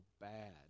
bad